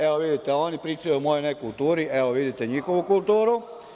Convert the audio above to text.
Evo, vidite, oni pričaju o mojoj nekulturi, vidite njihovu kulturu.